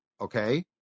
okay